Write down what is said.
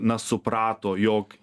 na suprato jog